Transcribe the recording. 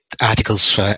articles